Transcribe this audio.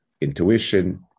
intuition